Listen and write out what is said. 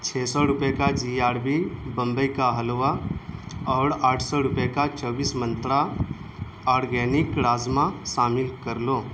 چھ سو روپئے کا جی آڑ بی بمبئی کا حلوہ اور آٹھ سو روپئے کا چوبیس منترا آڑگینک رازما شامل کر لو